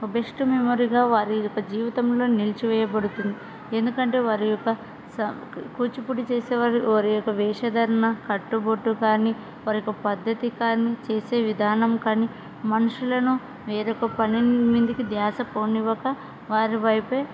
ఒక బెస్ట్ మెమరీగా వారి యొక్క జీవితంలో నిలిచివేయబడుతుంది ఎందుకంటే వారి యొక్క స కూచిపూడి చేసే వారు వారి యొక్క వేషధరణ కట్టుబొట్టు కానీ వారి యొక్క పద్ధతి కానీ చేసే విధానం కానీ మనుషులను వేరొక పని మీదకి ధ్యాసపోనియక వారి వైపు